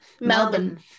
Melbourne